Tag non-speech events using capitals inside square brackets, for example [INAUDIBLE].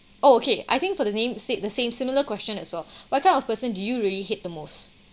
oh okay I think for the name said the same similar question as well [BREATH] what kind of person do you really hate the most